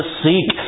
seek